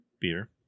beer